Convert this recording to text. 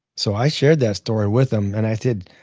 so i shared that story with them. and i said,